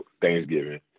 Thanksgiving